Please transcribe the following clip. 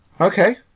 Okay